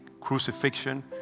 crucifixion